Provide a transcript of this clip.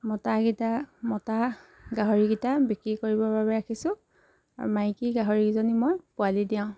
মতাকেইটা মতা গাহৰিকেইটা বিক্ৰী কৰিবৰ বাবে ৰাখিছোঁ আৰু মাইকী গাহৰিকেইজনী মই পোৱালি দিয়াওঁ